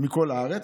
מכל הארץ.